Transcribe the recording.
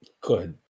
Good